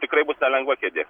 tikrai bus nelengva kėdė